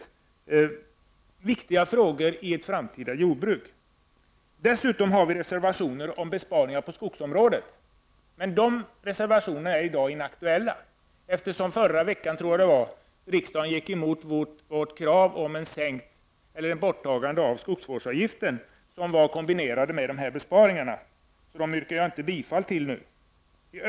Det är viktiga frågor i ett framtida jordbruk. Dessutom har vi reservationer om besparingar på skogsområdet, men de är i dag inaktuella, eftersom riksdagen förra veckan gick emot vårt krav på borttagande av skogsvårdsavgiften, vilket var kombinerat med de här besparingarna. Dem yrkar jag därför inte bifall till.